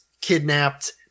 kidnapped